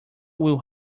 will